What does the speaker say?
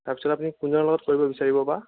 তাৰ পিছত আপুনি কোনজনৰ লগত কৰিব বিচাৰিব বা